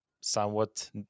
somewhat